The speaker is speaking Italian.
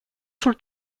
sul